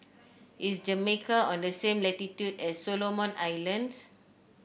is Jamaica on the same latitude as Solomon Islands